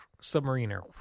Submariner